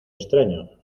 extraño